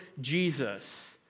Jesus